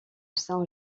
saint